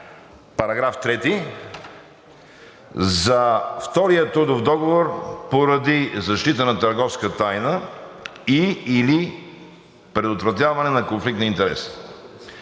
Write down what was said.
на § 3 за втория трудов договор, поради защита на търговска тайна и/или предотвратяване на конфликт на интереси.